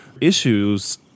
issues